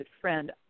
friend